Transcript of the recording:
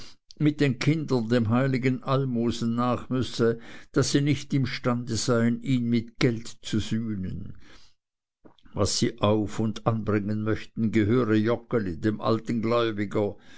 mit den kindern dem heiligen almosen nach müsse daß sie nicht imstande seien ihn mit geld zu sühnen was sie auf und anbringen möchten gehöre joggeli dem alten gläubiger